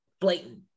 blatant